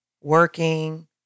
working